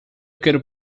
quero